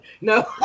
no